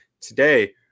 Today